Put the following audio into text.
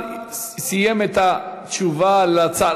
השר סיים את התשובה על ההצעות.